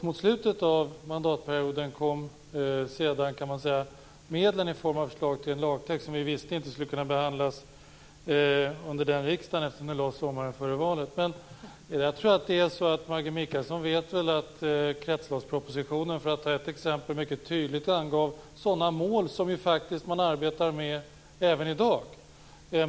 Mot slutet av mandatperioden kom sedan medlen i form av ett förslag till en lagtext som vi visste inte skulle kunna behandlas under den riksdagen eftersom vi lade fram det sommaren före valet. Maggi Mikaelsson vet väl att i kretsloppspropositionen, för att ta ett exempel, angavs mycket tydligt sådana mål som man faktiskt arbetar med även i dag.